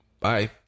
Bye